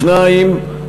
שתיים,